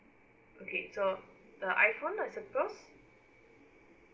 okay so the iphone I supposed